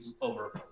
over